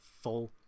full